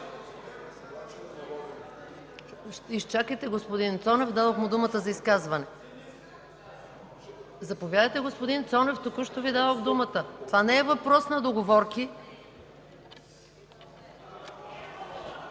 Изчакайте господин Цонев, дадох му думата за изказване. Заповядайте, господин Цонев, току-що Ви дадох думата. Това не е въпрос на договорки.